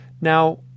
Now